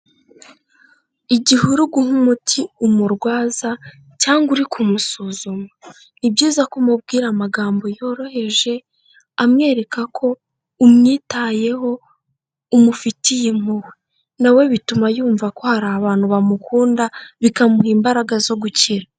igihe uriguha umuti umurwaza cyangwa uri kumusuzuma, ni byiza ko umubwira amagambo yoroheje amwereka ko umwitayeho, umufitiye impuhwe nawe bituma yumva ko hari abantu bamukunda bikamuha imbaraga zo gukira.